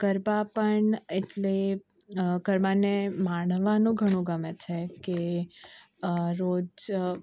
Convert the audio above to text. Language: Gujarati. ગરબા પણ એટલે ગરબાને માણવાનું ઘણું ગમે છે કે રોજ